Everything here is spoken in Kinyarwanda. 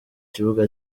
kibuga